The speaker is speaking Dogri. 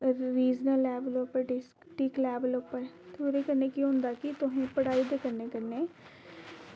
ओह् रीज़नल लेवल पर डिस्ट्रिक्ट लेवल पर ते ओह्दे कन्नै केह् होंदा की तुस पढ़ाई दे कन्नै कन्नै